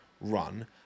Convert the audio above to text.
run